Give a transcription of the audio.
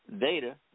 data